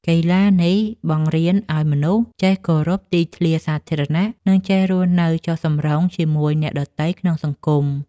កីឡានេះបង្រៀនឱ្យមនុស្សចេះគោរពទីធ្លាសាធារណៈ និងចេះរស់នៅចុះសម្រុងជាមួយអ្នកដទៃក្នុងសង្គម។